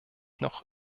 noch